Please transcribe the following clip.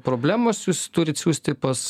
problemos turit siųsti pas